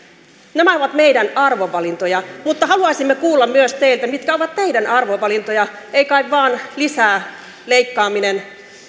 nämä ovat meidän arvovalintojamme mutta haluaisimme kuulla myös teiltä mitkä ovat teidän arvovalintojanne ei kai vaan lisää leikkaaminen